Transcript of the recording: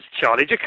Charlie